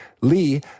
Lee